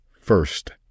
First